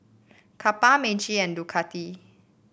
Kappa Meiji and Ducati